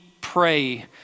pray